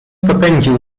popędził